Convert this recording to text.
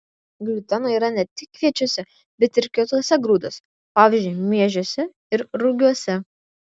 gliuteno yra ne tik kviečiuose bet ir kituose grūduose pavyzdžiui miežiuose ir rugiuose